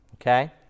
Okay